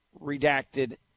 redacted